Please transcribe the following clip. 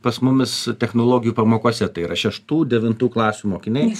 pas mumis technologijų pamokose tai yra šeštų devintų klasių mokiniai